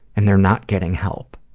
and they're not getting help.